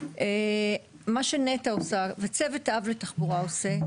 מה שנת"ע עושה וצוות האב לתחבורה עושה,